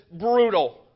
brutal